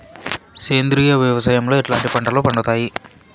సేంద్రియ వ్యవసాయం లో ఎట్లాంటి పంటలు పండుతాయి